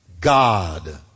God